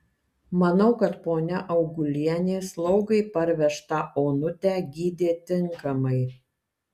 manau kad ponia augulienė slaugai parvežtą onutę gydė tinkamai